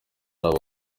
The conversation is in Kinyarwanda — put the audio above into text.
hari